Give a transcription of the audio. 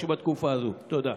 בכלל,